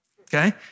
okay